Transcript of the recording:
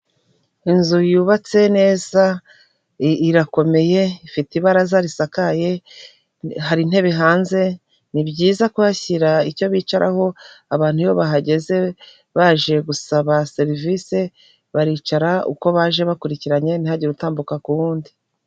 Inzu yubatse neza irakomeye, ifite ibaraza risakaye, hari intebe hanze, ni byiza kuhashyira icyo bicaraho, abantu iyo bahageze baje gusaba serivisi baricara uko baje bakurikiranye ntihagire utambuka ku wundi.